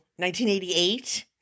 1988